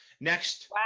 Next